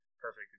Perfect